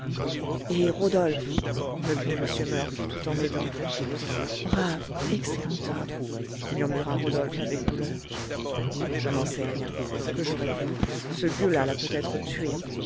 et rodolphe me crie m murph tout en m'aidant brave excellent homme murmura rodolphe avec douleur je n'en sais rien que je réponds ce gueux-là l'a peut-être tué